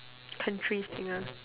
country singer